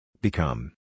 Become